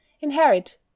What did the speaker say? inherit